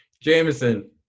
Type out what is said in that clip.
Jameson